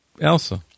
Elsa